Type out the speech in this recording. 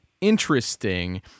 interesting